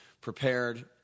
prepared